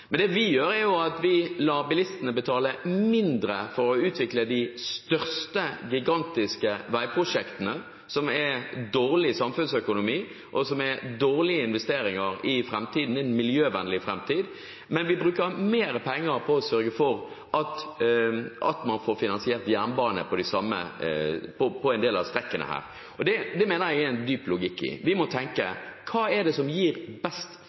Men det vi gjør, er jo at vi lar bilistene betale mindre for å utvikle de største, gigantiske veiprosjektene som er dårlig samfunnsøkonomi og dårlige investeringer i framtiden, i en miljøvennlig framtid, mens vi bruker mer penger på å sørge for at man får finansiert jernbane på en del av strekkene her, og det mener jeg det er en dyp logikk i. Vi må tenke: Hva gir best